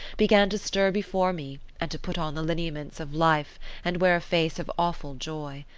began to stir before me and to put on the lineaments of life and wear a face of awful joy.